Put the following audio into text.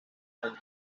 año